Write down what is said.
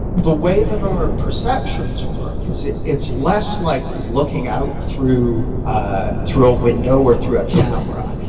the way that our perceptions work is it's it's less like looking out through ah through a window or through a camera.